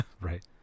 Right